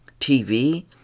TV